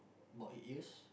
about eight years